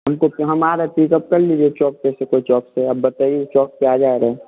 हमको हमारा पिकअप कर लीजिए चौक पर से कोई चौक पर आप बताइए चौक पर आ जा रहे हैं